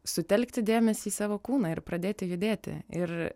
sutelkti dėmesį į savo kūną ir pradėti judėti ir